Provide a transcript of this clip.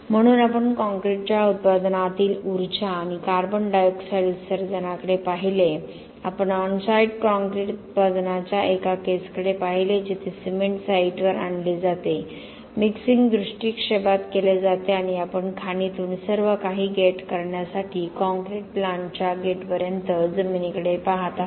म्हणून आपण कॉंक्रिटच्या उत्पादनातील ऊर्जा आणि कार्बन डायॉक्साइड उत्सर्जनाकडे पाहिले आपण ऑनसाइट कॉंक्रिट उत्पादनाच्या एका केसकडे पाहिले जेथे सिमेंट साइटवर आणले जाते मिक्सिंग दृष्टीक्षेपात केले जाते आणि आपण खाणीतून सर्वकाही गेट करण्यासाठी काँक्रीट प्लांटच्या गेटपर्यंत जमिनीकडे पाहत आहोत